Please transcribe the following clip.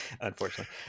Unfortunately